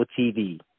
TV